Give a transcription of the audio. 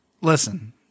listen